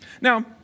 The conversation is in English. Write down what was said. Now